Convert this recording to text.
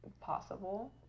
possible